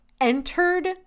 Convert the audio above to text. entered